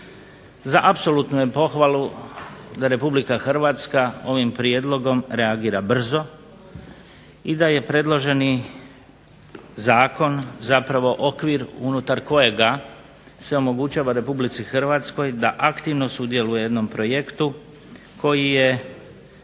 Za apsolutnu je pohvalu da RH ovim prijedlogom reagira brzo i da je predloženi zakon zapravo okvir unutar kojega se omogućava RH da aktivno sudjeluje u jednom projektu koji je